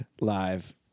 live